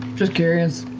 just curious.